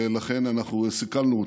ולכן אנחנו סיכלנו אותו.